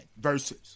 versus